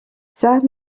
saint